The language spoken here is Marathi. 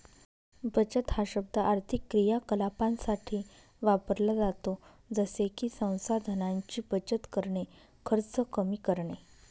बचत हा शब्द आर्थिक क्रियाकलापांसाठी वापरला जातो जसे की संसाधनांची बचत करणे, खर्च कमी करणे